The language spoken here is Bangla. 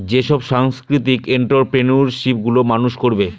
যেসব সাংস্কৃতিক এন্ট্ররপ্রেনিউরশিপ গুলো মানুষ করবে